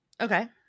Okay